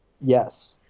Yes